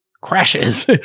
crashes